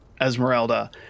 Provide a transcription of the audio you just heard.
Esmeralda